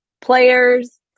players